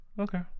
Okay